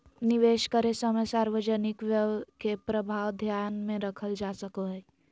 निवेश करे समय सार्वजनिक व्यय के प्रभाव ध्यान में रखल जा सको हइ